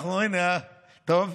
טוב.